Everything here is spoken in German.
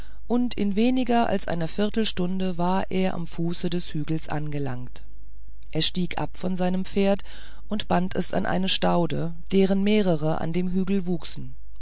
und in weniger als einer viertelstunde war er am fuße des hügels angelangt er stieg ab von seinem pferd und band es an eine staude deren mehrere an dem hügel wuchsen